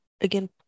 again